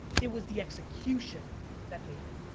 it was the execution that made it.